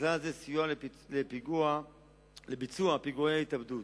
ובכלל זה סיוע לביצוע פיגועי התאבדות.